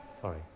Sorry